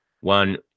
one